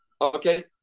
Okay